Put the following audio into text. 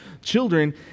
children